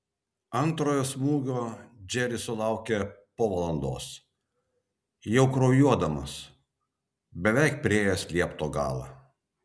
antrojo smūgio džeris sulaukė po valandos jau kraujuodamas beveik priėjęs liepto galą